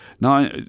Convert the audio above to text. Now